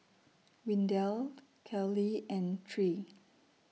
Windell Kellee and Tre